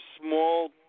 small